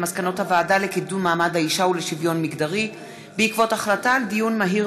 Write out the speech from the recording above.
על מסקנות הוועדה לקידום מעמד האישה ולשוויון מגדרי בעקבות דיון מהיר